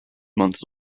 months